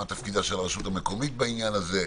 מה תפקידה של הרשות המקומית בעניין הזה,